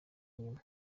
nyuma